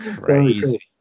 Crazy